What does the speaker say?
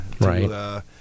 Right